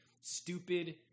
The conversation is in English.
stupid –